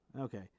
Okay